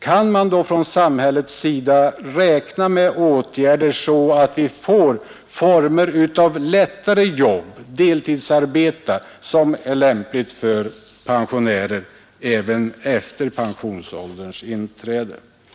Kan de då räkna med åtgärder från samhället för att hjälpa dem att få något lättare jobb, något deltidsarbete, som är lämpligt för pensionärer?